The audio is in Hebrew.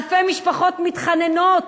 אלפי משפחות מתחננות